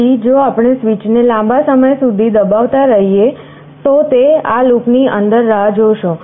તેથી જો આપણે સ્વીચને લાંબા સમય સુધી દબાવતા રહીએ તો તે આ લૂપની અંદર રાહ જોશે